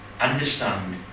understand